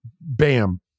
Bam